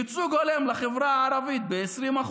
ייצוג הולם לחברה הערבית ב-20%.